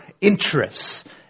interests